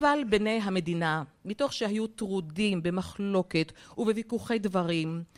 אבל בני המדינה, מתוך שהיו טרודים במחלוקת ובוויכוחי דברים